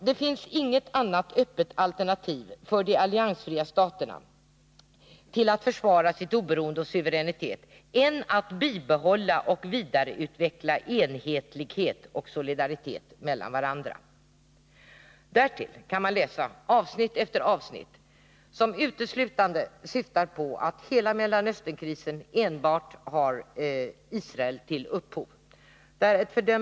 ”Det finns inget annat öppet alternativ för de alliansfria staterna till att försvara sitt oberoende och sin suveränitet än att bibehålla och vidareutveckla enhetlighet och solidaritet mellan varandra.” Därtill kan man i åtskilliga avsnitt läsa att Mellanösternkrisen enbart har Israel till upphov.